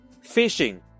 Fishing